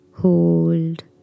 Hold